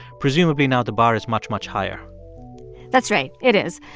presumably, now the bar is much, much higher that's right. it is.